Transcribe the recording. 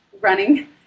running